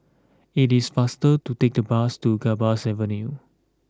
it is faster to take the bus to Gambas Avenue